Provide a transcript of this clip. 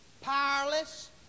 Powerless